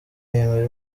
yemera